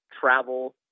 travel